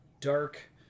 dark